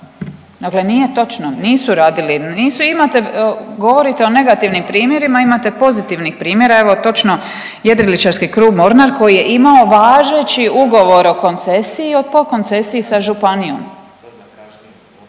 nije točno, nisu imate govorite o negativnim primjerima imate pozitivnih primjera, evo točno Jedriličarski klub Mornar koji je imao važeći ugovor o koncesiji o po koncesiji sa županijom